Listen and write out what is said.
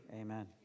Amen